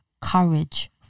courage